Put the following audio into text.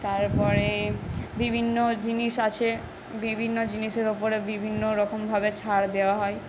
তারপরে বিভিন্ন জিনিস আছে বিভিন্ন জিনিসের ওপরে বিভিন্ন রকমভাবে ছাড় দেওয়া হয়